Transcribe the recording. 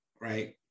right